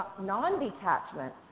non-detachment